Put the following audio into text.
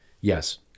Yes